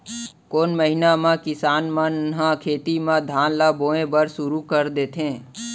कोन महीना मा किसान मन ह खेत म धान ला बोये बर शुरू कर देथे?